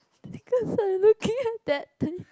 can you heard that thing